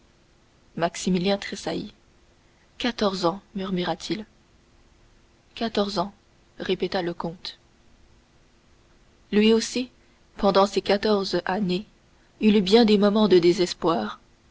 maximilien tressaillit quatorze ans murmura-t-il quatorze ans répéta le comte lui aussi pendant ces quatorze années il eut bien des moments de désespoir